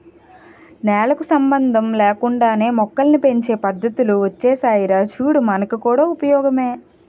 నేలకు సంబంధం లేకుండానే మొక్కల్ని పెంచే పద్దతులు ఒచ్చేసాయిరా చూడు మనకు కూడా ఉపయోగమే